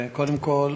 קודם כול,